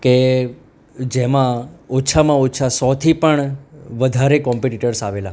કે જેમાં ઓછામાં ઓછા સોથી પણ વધારે કોમ્પિટિટર આવેલા હોય